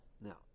Now